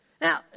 Now